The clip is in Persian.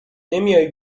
نمیای